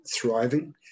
thriving